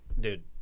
dude